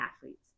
athletes